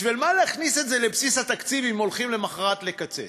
בשביל מה להכניס את זה לבסיס התקציב אם הולכים למחרת לקצץ?